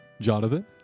Jonathan